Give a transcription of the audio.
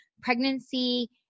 pregnancy